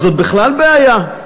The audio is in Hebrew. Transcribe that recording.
אז זאת בכלל בעיה.